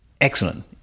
excellent